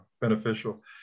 beneficial